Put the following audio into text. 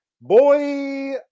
Boy